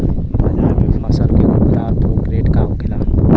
बाजार में फसल के खुदरा और थोक रेट का होखेला?